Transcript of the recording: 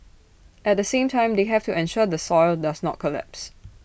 at the same time they have to ensure the soil does not collapse